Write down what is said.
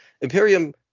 Imperium